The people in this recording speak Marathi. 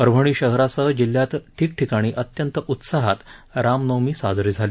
परभणी शहरासह जिल्ह्यात ठिकठिकाणी अत्यंत उत्साहात रामनवमी साजरी झाली